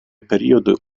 periodo